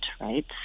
right